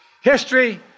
History